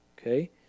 okay